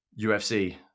UFC